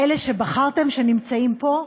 אלה שבחרתם, שנמצאים פה,